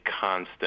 constant